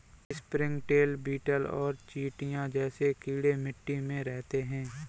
springtail, beetle और चींटियां जैसे कीड़े मिट्टी में रहते हैं